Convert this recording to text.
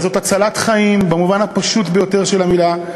אלא זאת הצלת חיים, במובן הפשוט ביותר של המילה,